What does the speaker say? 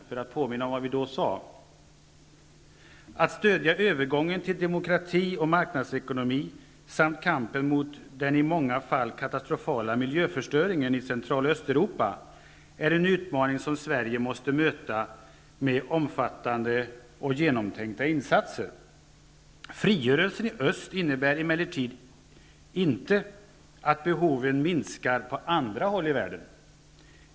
Där står bl.a. ''Att stödja övergången till demokrati och marknadsekonomi samt kampen mot den i många fall katastrofala miljöförstöringen i Central och Östeuropa är en utmaning som Sverige måste möta med omfattande och genomtänkta insatser. Frigörelsen i öst innebär emellertid inte att behoven minskar på andra håll i världen.